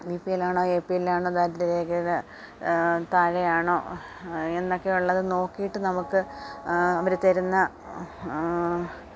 ബിബി P L ആണോ A P L ആണോ ദാരിദ്ര്യരേഖയുടെ താഴെയാണോ എന്നൊക്കെ ഉള്ളത് നോക്കിയിട്ട് നമുക്ക് അവർ തരുന്ന